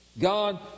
God